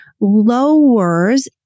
lowers